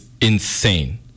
insane